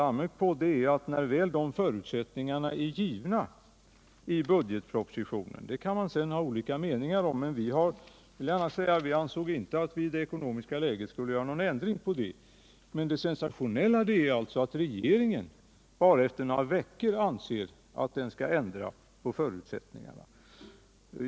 Om budgeten kan man naturligtvis ha olika meningar, men jag vill gärna medge att vi i det rådande ekonomiska läget inte yrkat på några ändringar. Men det sensationella är att regeringen efter bara några veckor vill ändra på de förutsättningar som fastställts genom budgeten.